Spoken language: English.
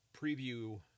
preview